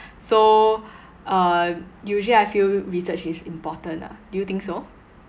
so uh usually I feel research is important ah do you think so